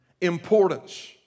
Importance